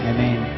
Amen